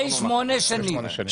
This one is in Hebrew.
משלם שקל ארנונה,